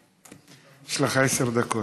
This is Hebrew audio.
יש לך עשר דקות,